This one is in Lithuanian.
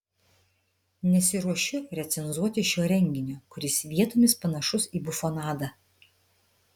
nesiruošiu recenzuoti šio reginio kuris vietomis panašus į bufonadą